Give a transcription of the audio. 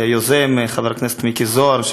וליוזם חבר הכנסת מיקי זוהר.